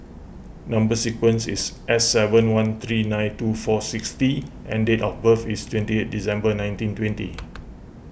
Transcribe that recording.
Number Sequence is S seven one three nine two four six T and date of birth is twenty eight December nineteen twenty